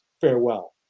farewell